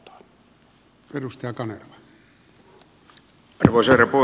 arvoisa herra puhemies